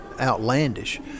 outlandish